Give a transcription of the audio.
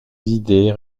idées